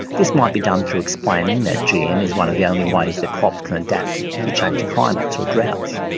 this might be done through explaining that gm is one of the only ways that crops can adapt to changing climates or droughts.